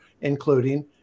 including